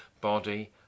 body